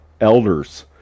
elders